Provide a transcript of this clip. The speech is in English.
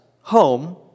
home